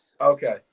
okay